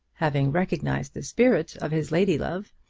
having recognised the spirit of his lady-love,